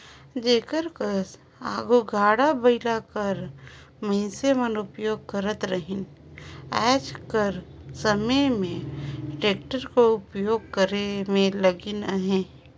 जेकर कस आघु गाड़ा बइला कर मइनसे मन उपियोग करत रहिन आएज कर समे में टेक्टर कर उपियोग करे में लगिन अहें